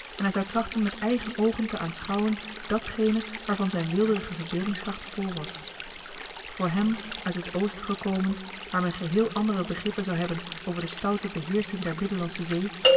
en hij zou trachten met eigen oogen te aanschouwen datgene waarvan zijn weelderige verbeeldingskracht vol was voor hem uit het oosten gekomen waar men geheel andere begrippen zou hebben over den stouten beheerscher der middellandsche zee